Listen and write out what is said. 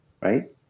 right